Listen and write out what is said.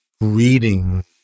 reading